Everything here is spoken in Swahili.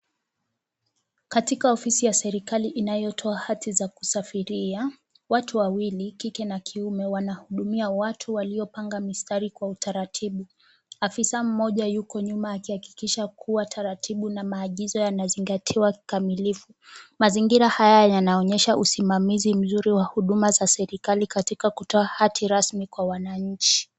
Katika ofisi ya serekali inayotoa hati za kusafiria, watu wawili kike na kiume wanahudumia watu waliopanga mistari kwa utaratibu. Afisa mmoja yuko nyuma akihakikisha kuwa taratibu na maagizo yanazingatiwa kikamilifu. Mazingira haya yanaonyesha usimamizi mzuri wa huduma za serikali katika kutoa hati rasmi kwa wananchi.